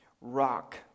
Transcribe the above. rock